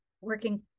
working